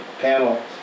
panel